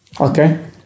Okay